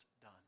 done